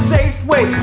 Safeway